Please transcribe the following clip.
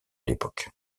l’époque